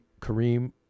Kareem